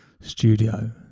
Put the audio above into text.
studio